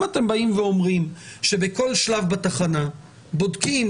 אם אתם באים ואומרים שבכל שלב בתחנה בודקים